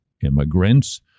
immigrants